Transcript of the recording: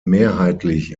mehrheitlich